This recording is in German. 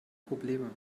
probleme